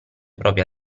proprie